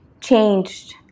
changed